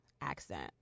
accent